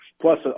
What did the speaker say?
Plus